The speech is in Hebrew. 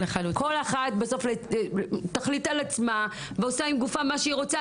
כל אחת בסוף תחליט על עצמה ועושה עם גופה מה שהיא רוצה,